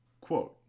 Quote